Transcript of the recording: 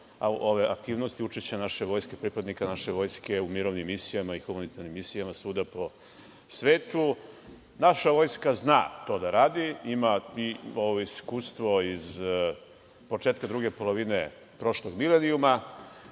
ove aktivnosti učešća naše vojske, pripadnika naše vojske u mirovnim misijama i humanitarnim misijama svuda u svetu. Naša vojska zna to da radi i ima iskustvo iz početka druge polovine prošlog milenijuma.